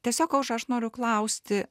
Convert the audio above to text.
tiesiog aušra aš noriu klausti